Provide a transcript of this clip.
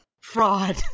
Fraud